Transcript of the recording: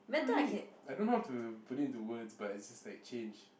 not really I don't know how to put it into words but is just like change